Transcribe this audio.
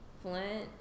Flint